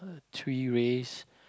uh three rays